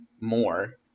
more